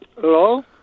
Hello